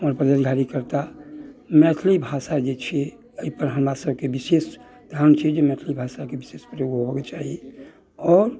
हमर पदाधिकारी करता मैथिली भाषा जे छियै अइ एहि पर हमरा सभके विशेष ध्यान छै जे मैथिली भाषाके विशेष प्रयोग होबऽ के चाही आओर